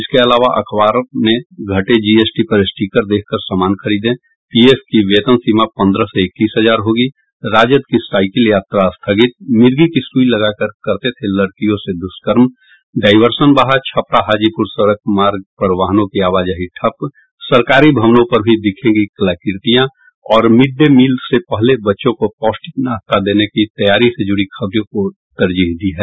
इसके अलावा अखबारों ने घटे जीएसटी पर स्टीकर देखकर सामान खरीदे पीएफ की वेतन सीमा पंद्रह से इक्कीस हजार होगी राजद की साईकिल यात्रा स्थगित मिर्गी की सुई लगाकर करते थे लड़कियों से दुष्कर्म डायवर्सन बहा छपरा हाजीपुर सड़क मार्ग पर वाहनों की आवाजाही ठप्प सरकारी भवनों पर भी दिखेंगी कलाकृतियां और मिड डे मिल से पहले बच्चों को पौष्टिक नास्ता देने की तैयारी से जुड़ी खबरों को तरजीह दी है